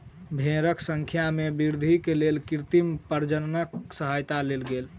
भेड़क संख्या में वृद्धि के लेल कृत्रिम प्रजननक सहयता लेल गेल